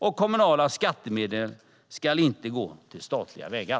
Och kommunala skattemedel ska inte gå till statliga vägar.